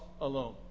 alone